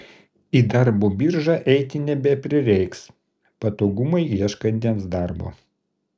į darbo biržą eiti nebeprireiks patogumai ieškantiems darbo